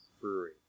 Brewery